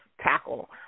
tackle